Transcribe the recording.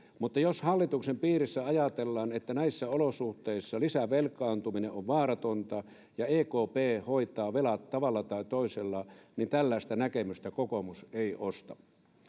mutta jos hallituksen piirissä ajatellaan että näissä olosuhteissa lisävelkaantuminen on vaaratonta ja ekp hoitaa velat tavalla tai toisella niin tällaista näkemystä kokoomus ei osta